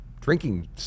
drinking